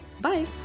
bye